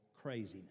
craziness